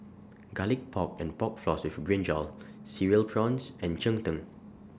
Garlic Pork and Pork Floss with Brinjal Cereal Prawns and Cheng Tng